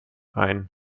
ein